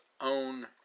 own